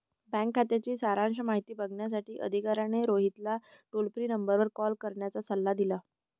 bank खात्याची सारांश माहिती बघण्यासाठी अधिकाऱ्याने रोहितला टोल फ्री नंबरवर कॉल करण्याचा सल्ला दिला